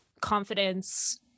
confidence